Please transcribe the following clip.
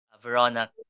Veronica